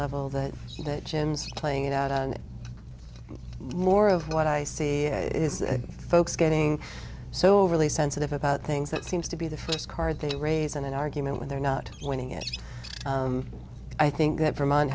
level that that jim's playing it out on more of what i see is that folks getting so overly sensitive about things that seems to be the first card they raise in an argument when they're not winning it i think that vermont